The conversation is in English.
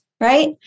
Right